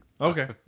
Okay